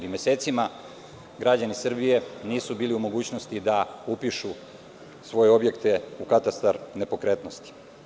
Mesecima građani Srbije nisu bili u mogućnosti da upišu svoje objekte u katastar nepokretnosti.